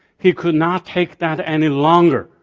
he could not take that any longer.